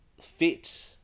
Fit